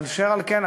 ואשר על כן,